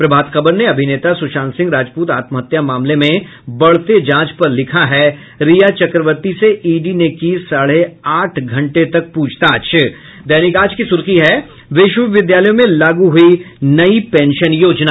प्रभात खबर ने अभिनेता सुशांत सिंह राजपूत आत्महत्या मामले में बढ़ते जांच पर लिखा है रिया चक्रवर्ती से इडी ने की साढ़े आठ घंटे तक पूछताछ दैनिक आज की सुर्खी है विश्वविद्यालयों में लागू हुई नई पेंशन योजना